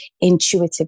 intuitively